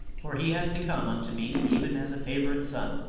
for he has become unto me even as a favourite son,